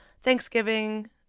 Thanksgiving